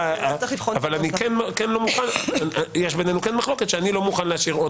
אבל יש בינינו כן מחלוקת שאני לא מוכן להשאיר אות